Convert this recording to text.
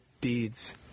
deeds